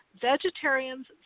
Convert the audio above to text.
vegetarians